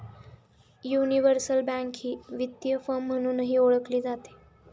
universal bank ही वित्तीय firm म्हणूनही ओळखली जाते